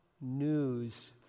news